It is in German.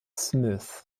smith